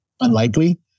unlikely